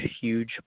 huge